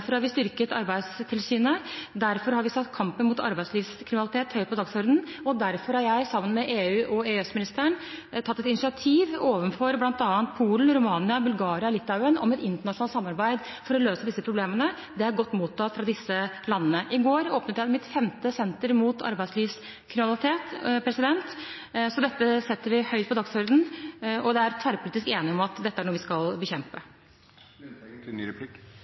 har vi styrket Arbeidstilsynet, derfor har vi satt kampen mot arbeidslivskriminalitet høyt på dagsordenen, og derfor har jeg, sammen med EU- og EØS-ministeren, tatt et initiativ overfor bl.a. Polen, Romania, Bulgaria og Litauen om et internasjonalt samarbeid for å løse problemene. Det er godt mottatt av disse landene. I går åpnet jeg mitt femte senter mot arbeidslivskriminalitet. Så dette setter vi høyt på dagsordenen, og det er tverrpolitisk enighet om at dette er noe vi skal